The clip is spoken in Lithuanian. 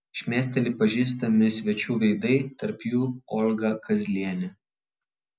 šmėsteli pažįstami svečių veidai tarp jų olga kazlienė